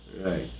Right